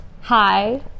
hi